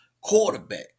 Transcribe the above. quarterback